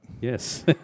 Yes